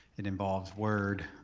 it involves word,